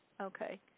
Okay